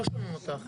לא שומעים אותך.